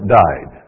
died